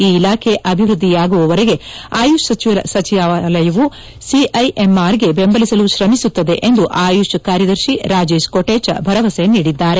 ಈ ಇಲಾಖೆ ಅಭಿವ್ವದ್ದಿಯಾಗುವವರೆಗೆ ಆಯುಷ್ ಸಚಿವಾಲಯ ಸಿಐಎಮ್ಆರ್ ಗೆ ಬೆಂಬಲಿಸಲು ಶ್ರಮಿಸುತ್ತದೆ ಎಂದು ಆಯುಶ್ ಕಾರ್ಯದರ್ಶಿ ರಾಜೇಶ್ ಕೊಟೇಚ ಭರವಸೆ ನೀಡಿದ್ದಾರೆ